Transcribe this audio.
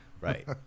Right